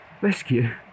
Rescue